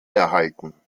erhalten